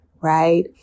right